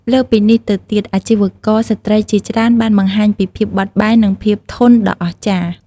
លើសពីនេះទៅទៀត អាជីវករស្ត្រីជាច្រើនបានបង្ហាញពីភាពបត់បែន និងភាពធន់ដ៏អស្ចារ្យ។